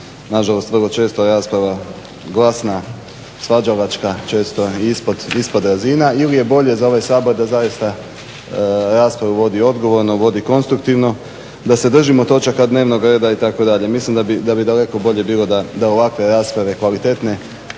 nažalost vrlo često rasprava glasna, svađalačke, često i ispod, ispod razina ili je bolje za ovaj Sabor da zaista raspravu vodi odgovorno, vodi konstruktivno, da se držimo točaka dnevnog reda itd. Mislim da bi daleko bolje bilo da ovakve rasprave, kvalitetne